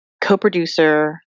co-producer